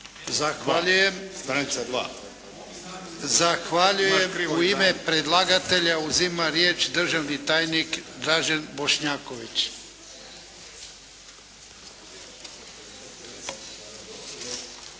Zahvaljujem. U ime predlagatelja uzima riječ državni tajnik, Dražen Bošnjaković.